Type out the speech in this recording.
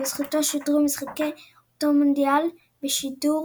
ובזכותו שודרו משחקי אותו מונדיאל בשידור